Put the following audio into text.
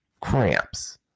cramps